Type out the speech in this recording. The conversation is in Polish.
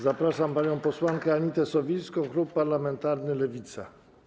Zapraszam panią posłankę Anitę Sowińską, klub parlamentarny Lewica.